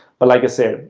but like i said,